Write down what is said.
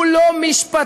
הוא לא משפטי.